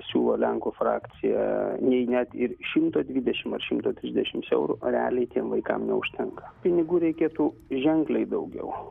siūlo lenkų frakcija nei net ir šimto dvidešimt ar šimto trisdešimt eurų realiai tiem vaikam neužtenka pinigų reikėtų ženkliai daugiau